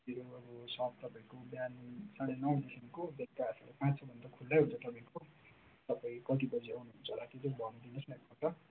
यो अब सब तपाईँको बिहान साँढे नौदेखिको बेलुका साँढे पाँच बजीसम्म त खुल्लै हुन्छ तपाईँको तपाईँ कति बजी आउनुहुन्छ होला त्यो चाहिँ भनिदिनुहोस् न एकपल्ट